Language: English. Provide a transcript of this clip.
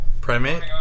primate